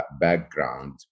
background